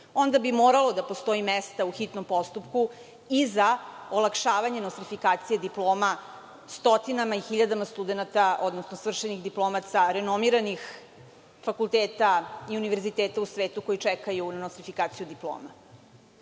onda bi moralo da postoji i mesta u hitnom postupku i za olakšavanje nostrifikacije diploma stotinama i hiljadama studenata, odnosno svršenih diplomaca renomiranim fakulteta i univerziteta u svetu koji čekaju na nostrifikaciju diploma. Dakle,